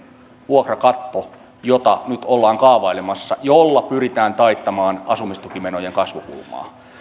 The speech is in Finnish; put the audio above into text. vuokrakatto jota nyt ollaan kaavailemassa jolla pyritään taittamaan asumistukimenojen kasvukulmaa